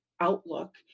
outlook